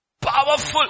powerful